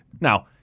Now